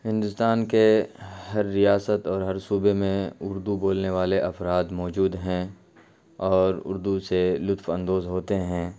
ہندوستان کے ہر ریاست اور ہر صوبے میں اردو بولنے والے افراد موجود ہیں اور اردو سے لطف اندوز ہوتے ہیں